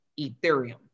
Ethereum